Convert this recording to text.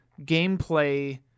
gameplay